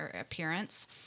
appearance